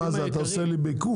מה זה, אתה עושה לי בעיקוף?